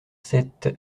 sept